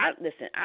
listen